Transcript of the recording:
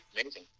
Amazing